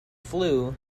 flue